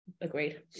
Agreed